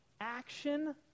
action